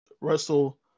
Russell